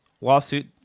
lawsuit